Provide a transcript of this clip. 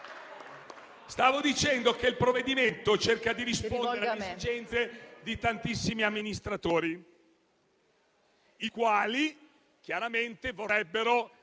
Stavo dicendo che il provvedimento cerca di rispondere alle esigenze di tantissimi amministratori, i quali chiaramente vorrebbero